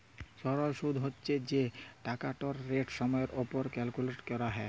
সরল সুদ্ হছে যে টাকাটর রেট সময়ের উপর ক্যালকুলেট ক্যরা হ্যয়